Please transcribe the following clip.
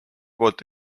poolt